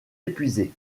épuisées